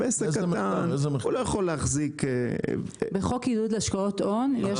עסק קטן לא יכול להחזיק --- בחוק ייעוד להשקעות הון יש